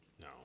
No